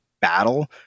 battle